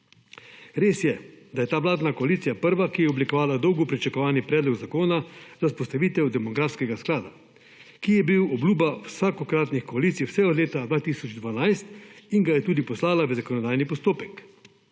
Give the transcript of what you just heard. Res je, da je ta vladna koalicija prva, ki je oblikovala dolgo pričakovani predlog zakona z vzpostavitev demografskega sklada, ki je bil obljuba vsakokratnih koalicij, vse od leta 2012 in ga je tudi poslala v zakonodajni postopek.